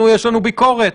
אנחנו עוסקים בביקורת.